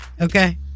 Okay